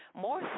more